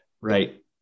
right